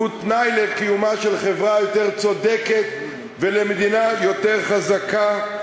הוא תנאי לקיומה של חברה יותר צודקת ולמדינה יותר חזקה.